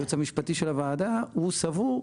הייעוץ המשפטי של הוועדה סבור,